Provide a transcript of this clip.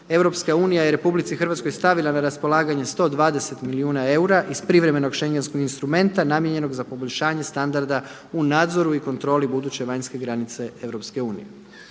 u upravljanju granicom EU je RH stavila na raspolaganje 120 milijuna eura iz privremenog schengenskog instrumenta namijenjenog za poboljšanje standarda u nadzoru i kontroli buduće vanjske granice EU. Nadalje,